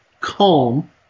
calm